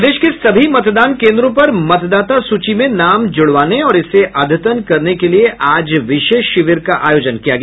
प्रदेश के सभी मतदान केन्द्रों पर मतदाता सूची में नाम जुड़वाने और इसे अद्यतन करने के लिए आज विशेष शिविर का आयोजन किया गया